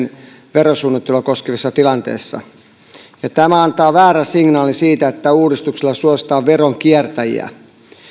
verosuunnittelua koskevissa tilanteissa tämä antaa väärän signaalin siitä että uudistuksella suositaan veronkiertäjiä